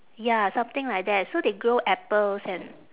ya something like that so they grow apples and